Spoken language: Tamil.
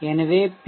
எனவே பி